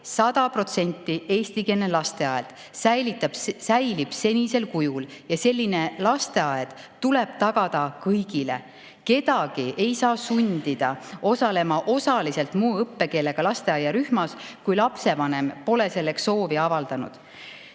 100% eestikeelne lasteaed säilib senisel kujul ja selline lasteaed tuleb tagada kõigile. Kedagi ei saa sundida osalema osaliselt muu õppekeelega lasteaiarühmas, kui lapsevanem pole selleks soovi avaldanud.